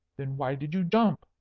then why did you jump?